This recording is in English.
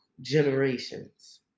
generations